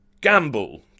Gamble